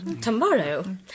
Tomorrow